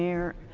mayor.